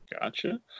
gotcha